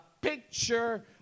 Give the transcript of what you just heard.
picture